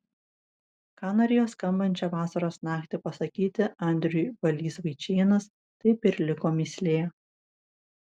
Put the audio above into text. ką norėjo skambančią vasaros naktį pasakyti andriui balys vaičėnas taip ir liko mįslė